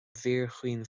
bhfíorchaoin